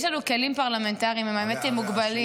יש לנו כלים פרלמנטריים, האמת היא שהם מוגבלים.